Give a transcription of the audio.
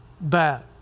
bad